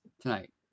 tonight